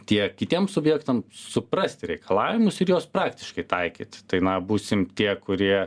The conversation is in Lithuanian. tiek kitiem subjektam suprasti reikalavimus ir juos praktiškai taikyt tai na būsim tie kurie